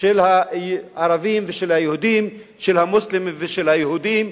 של הערבים ושל היהודים, של המוסלמים ושל היהודים,